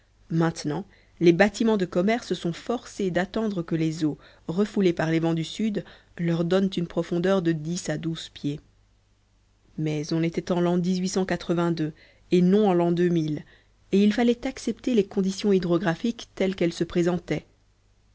maintenant les bâtiments de commerce sont forcés d'attendre que les eaux refoulées par les vents du sud leur donnent une profondeur de dix à douze pieds mais on était en l'an et non en l'un et il fallait accepter les conditions hydrographiques telles qu'elles se présentaient